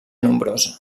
nombrosa